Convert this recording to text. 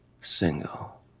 single